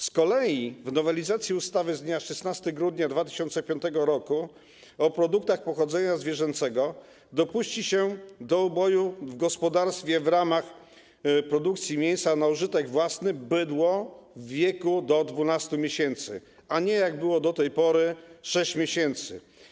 Z kolei w nowelizacji ustawy z dnia 16 grudnia 2005 r. o produktach pochodzenia zwierzęcego dopuści się do uboju w gospodarstwie w ramach produkcji mięsa na użytek własny bydło w wieku do 12 miesięcy, a nie, jak było do tej pory, 6 miesięcy.